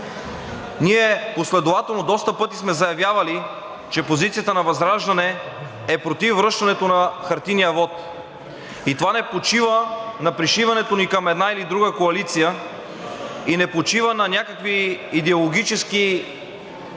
Ние последователно доста пъти сме заявявали, че позицията на ВЪЗРАЖДАНЕ е против връщането на хартиения вот. Това не почива на пришиването ни към една или друга коалиция и не почива на някакви идеологически постановки.